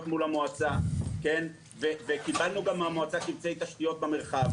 מול המועצה וקבלנו גם מהמועצה קבצי תשתיות במרחב.